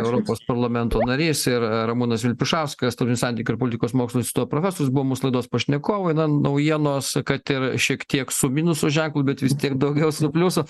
europos parlamento narys ir ramūnas vilpišauskas tarptautinių santykių ir politikos mokslų instituto profesorius buvo mūsų laidos pašnekovai na naujienos kad ir šiek tiek su minuso ženklu bet vis tiek daugiau su pliusu